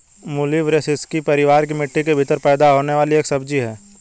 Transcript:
मूली ब्रैसिसेकी परिवार की मिट्टी के भीतर पैदा होने वाली एक सब्जी है